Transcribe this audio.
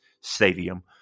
stadium